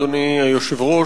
אדוני היושב-ראש,